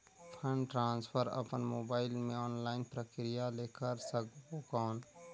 Fund transfer अपन mobile मे online प्रक्रिया ले कर सकबो कौन?